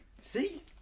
See